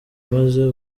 maze